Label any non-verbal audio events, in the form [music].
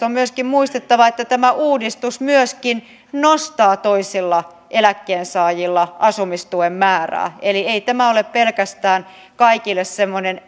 [unintelligible] on myöskin muistettava että tämä uudistus myöskin nostaa toisilla eläkkeensaajilla asumistuen määrää eli ei tämä ole pelkästään kaikille semmoinen [unintelligible]